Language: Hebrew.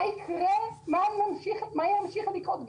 מה יקרה, מה ימשיך לקרות?